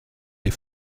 des